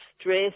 stress